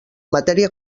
matèria